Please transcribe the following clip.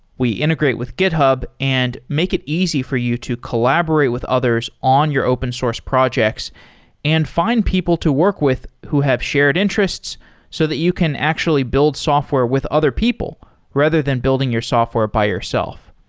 we integrate with github and make it easy for you to collaborate with others on your open source projects and find people to work with who have shared interests so that you can actually build software with other people rather than building your software by yourself.